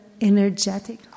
energetic